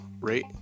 rate